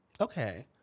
Okay